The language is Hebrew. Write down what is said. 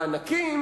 לענקים,